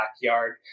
backyard